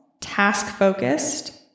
task-focused